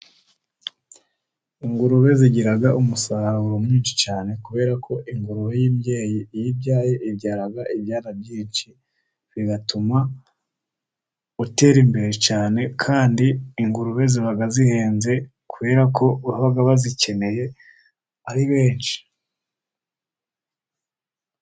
Ingurube zigira umusaruro mwinshi cyane, kubera ko ingurube y'imbyeyi iyibyaye, ibyara ibyana byinshi, bigatuma utera imbere cyane, kandi ingurube ziba zihenze, kubera ko baba bazikeneye ari benshi.